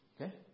Okay